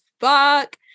fuck